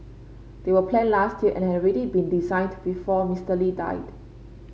they were planned last year and had already been designed before Mister Lee died